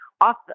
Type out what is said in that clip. off